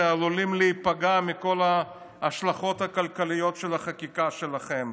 שעלולים להיפגע מכל ההשלכות הכלכליות של החקיקה שלכם.